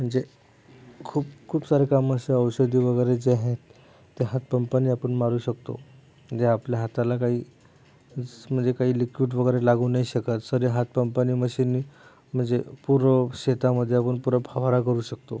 म्हणजे खूप खूप सारे कामं असे औषधी वगैरे जे आहे ते हातपंपानी आपण मारू शकतो जे आपल्या हाताला काही म्हणजे काही लिक्विड वगैरे लागू नाही शकत सरे हातपंपानी मशीननी म्हणजे पुरं शेतामध्ये आपण पुरं फवारा करू शकतो